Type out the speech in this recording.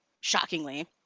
shockingly